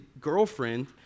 girlfriend